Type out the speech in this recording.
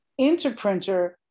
Interprinter